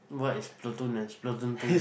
what is Platoon and is Platoon two